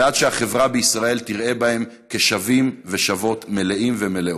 ועד שהחברה בישראל תראה בהם כשווים ושוות מלאים ומלאות.